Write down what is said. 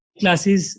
classes